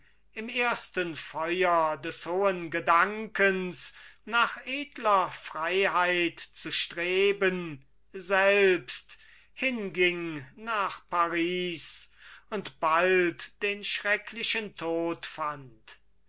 im ersten feuer des hohen gedankens nach edler freiheit zu streben selbst hinging nach paris und bald den schrecklichen tod fand